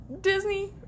Disney